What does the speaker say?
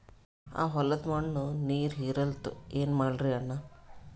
ಆ ಹೊಲದ ಮಣ್ಣ ನೀರ್ ಹೀರಲ್ತು, ಏನ ಮಾಡಲಿರಿ ಅಣ್ಣಾ?